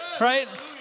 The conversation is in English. Right